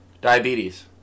Diabetes